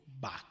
back